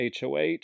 HOH